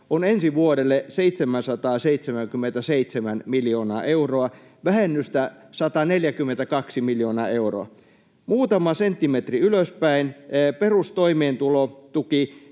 on ensi vuodelle 777 miljoonaa euroa — vähennystä 142 miljoonaa euroa. Muutama senttimetri ylöspäin: perustoimeentulotuessa